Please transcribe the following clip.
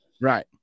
Right